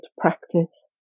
practice